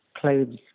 clothes